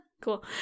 cool